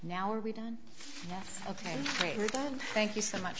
now are we done ok thank you so much